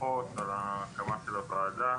ברכות על ההקמה של הוועדה,